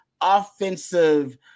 offensive